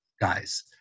guys